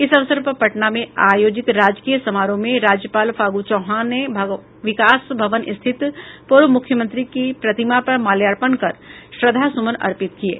इस अवसर पर पटना में आयोजित राजकीय समारोह में राज्यपाल फागु चौहान ने विकास भवन स्थित पूर्व मुख्यमंत्री की प्रतिमा पर माल्यार्पण कर श्रद्वा सुमन अर्पित किये